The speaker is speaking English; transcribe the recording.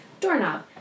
doorknob